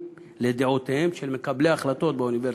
לדעותיהם של מקבלי ההחלטות באוניברסיטה.